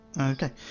okay